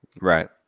Right